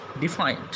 defined